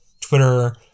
Twitter